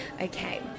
Okay